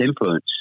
influence